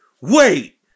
wait